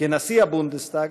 כנשיא הבונדסטאג,